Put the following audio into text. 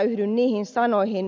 yhdyn niihin sanoihin